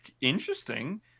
interesting